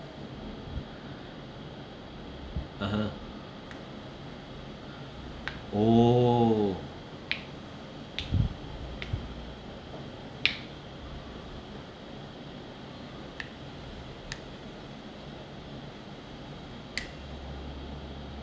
(uh huh) orh